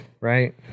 right